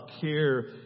care